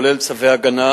כולל צווי הגנה,